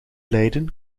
leiden